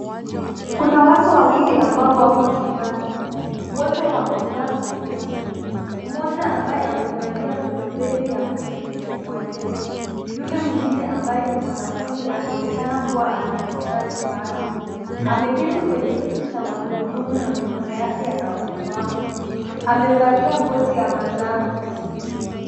Kuna watu wawili ambao wako chumbani. Wote wamevaa kofia. Mmoja ambaye amevalia (cs)puloveri(cs) ya (cs)hoody(cs) ni mwalimu. Yule mwingine ambaye ni mwanafunzi anaonekana kuwa ana mahitaji maalum. Ameketi kwenye kiti cha magurudumu na mikono yake yana ulemavu. Amevalia koti ya manjano.